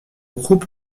groupe